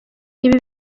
ibi